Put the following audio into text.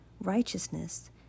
Righteousness